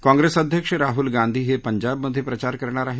काँग्रेस अध्यक्ष राहूल गांधी हे पंजाबमध्ये प्रचार करणार आहेत